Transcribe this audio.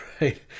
right